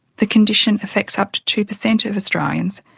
the condition affects up to two percent of australians,